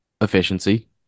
efficiency